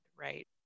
right